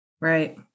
Right